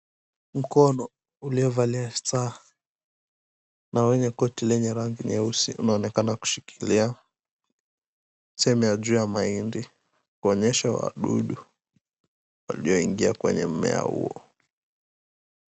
Mkono uliovalia saa na wenye koti lenye rangi nyeusi inaonekana kushikilia sehemu ya juu ya mahindi kuonyesha wadudu walioingia kwenye mimea huo.